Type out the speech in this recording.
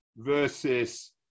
versus